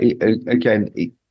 again